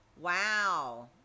Wow